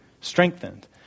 strengthened